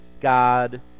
God